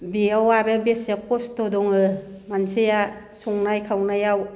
बेयाव आरो बेसे खस्थ' दङो मानसिया संनाय खावनायाव